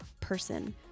person